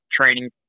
training